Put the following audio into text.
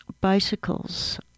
bicycles